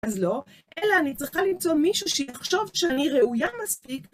אז לא, אלא אני צריכה למצוא מישהו שיחשוב שאני ראויה מספיק.